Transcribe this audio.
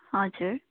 हजुर